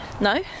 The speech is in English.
no